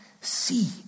see